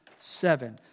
seven